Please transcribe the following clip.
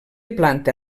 planta